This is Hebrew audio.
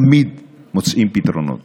תמיד מוצאים פתרונות.